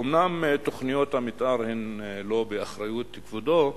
אומנם תוכניות המיתאר הן לא באחריות כבודו,